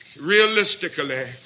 realistically